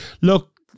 look